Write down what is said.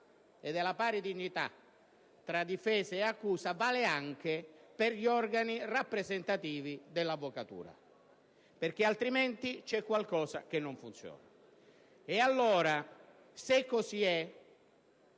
e della pari dignità tra difesa e accusa, vale anche per gli organi rappresentativi dell'avvocatura; altrimenti c'è qualcosa che non funziona. Pertanto, se così è,